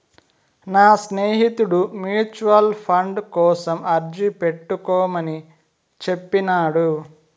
నా స్నేహితుడు mutual fund కోసం అర్జీ పెట్టుకోమని చెప్పినాడు